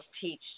teach